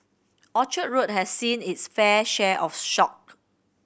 Orchard Road has seen it's fair share of shock